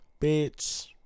Bitch